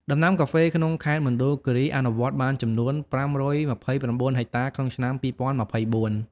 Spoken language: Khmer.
ដំណាំកាហ្វេក្នុងខេត្តមណ្ឌលគិរី អនុវត្តបានចំនួន ៥២៩ ហិកតាក្នុងឆ្នាំ២០២៤។